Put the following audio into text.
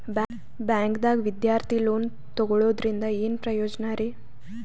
ಬ್ಯಾಂಕ್ದಾಗ ವಿದ್ಯಾರ್ಥಿ ಲೋನ್ ತೊಗೊಳದ್ರಿಂದ ಏನ್ ಪ್ರಯೋಜನ ರಿ?